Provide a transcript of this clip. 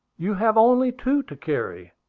you have only two to carry,